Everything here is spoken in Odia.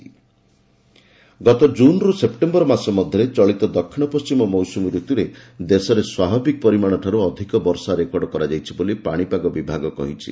ମୌସୁମୀ ବର୍ଷା ଗତ କୁନ୍ରୁ ସେପ୍ଟେମ୍ବର ମାସ ମଧ୍ୟରେ ଚଳିତ ଦକ୍ଷିଣ ପଶ୍ଚିମ ମୌସ୍ତମୀ ଋତୂରେ ଦେଶରେ ସ୍ନଭାବିକ ପରିମାଣଠାର୍ ଅଧିକ ବର୍ଷା ରେକର୍ଡ କରାଯାଇଛି ବୋଲି ପାଣିପାଗ ବିଭାଗ କହିଛି